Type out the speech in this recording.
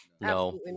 No